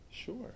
Sure